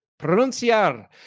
Pronunciar